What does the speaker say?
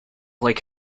like